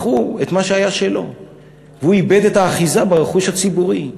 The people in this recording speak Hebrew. מכרו את מה שהיה שלו והוא איבד את האחיזה ברכוש הציבורי.